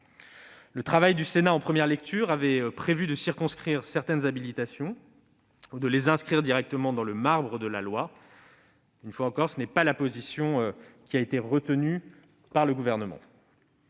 Le travail du Sénat en première lecture avait prévu de circonscrire certaines habilitations ou de les inscrire directement dans le marbre de la loi. Ce n'est pas la position retenue par le Gouvernement.